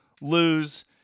lose